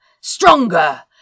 stronger